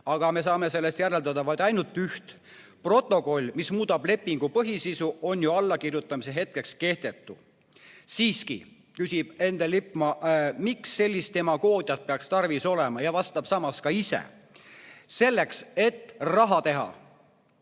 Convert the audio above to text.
Aga me saame sellest järeldada ainult üht: protokoll, mis muudab lepingu põhisisu, on ju allakirjutamise hetkest kehtetu. Siiski, küsib Endel Lippmaa, miks sellist demagoogiat peaks tarvis olema, ja vastab samas ise: selleks, et raha teha.